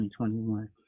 2021